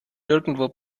nirgendwo